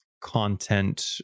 content